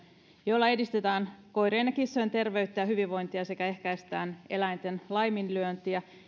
joilla edistetään koirien ja kissojen terveyttä ja hyvinvointia sekä ehkäistään eläinten laiminlyöntiä